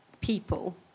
people